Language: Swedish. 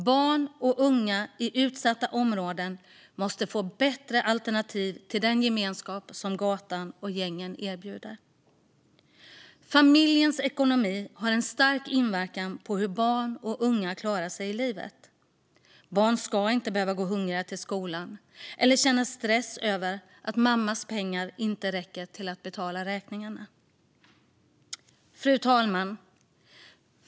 Barn och unga i utsatta områden måste få bättre alternativ till den gemenskap som gatan och gängen erbjuder. Familjens ekonomi har en stark inverkan på hur barn och unga klarar sig i livet. Barn ska inte behöva gå hungriga till skolan eller känna stress över att mammas pengar inte räcker till att betala räkningarna.